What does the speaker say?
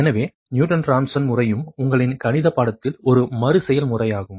எனவே Newton Raphson முறையும் உங்களின் கணிதப் பாடத்தில் ஒரு மறுசெயல் முறையாகும்